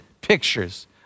pictures